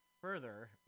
Further